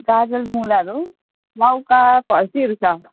गाजर मुलाहरू लौका फर्सीहरू छ